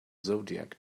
zodiac